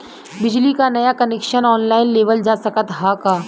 बिजली क नया कनेक्शन ऑनलाइन लेवल जा सकत ह का?